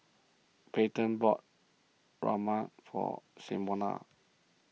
Payton bought Rajma for Simona